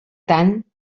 tant